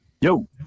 yo